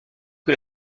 que